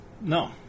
No